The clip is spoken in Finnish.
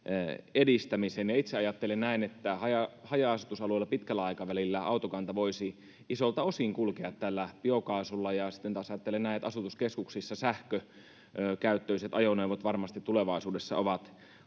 edistämisen ja itse ajattelen näin että haja haja asutusalueilla pitkällä aikavälillä autokanta voisi isolta osin kulkea tällä biokaasulla ja sitten taas ajattelen näin että asutuskeskuksissa sähkökäyttöiset ajoneuvot varmasti tulevaisuudessa ovat